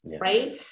right